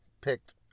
picked